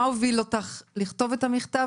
מה הוביל אותך לכתוב את המכתב,